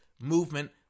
movement